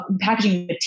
packaging